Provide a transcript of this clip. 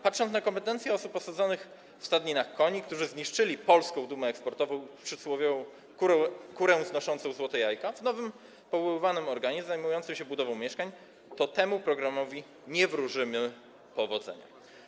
Patrząc na kompetencje osób obsadzonych w stadninach koni, którzy zniszczyli polską dumę eksportową, przysłowiową kurę znoszącą złote jajka, i w nowym powoływanym organie zajmującym się budową mieszkań, temu programowi nie wróżymy powodzenia.